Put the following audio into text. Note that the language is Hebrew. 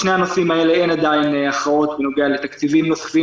בשני הנושאים הללו אין עדיין הכרעות בנוגע לתקציבים נוספים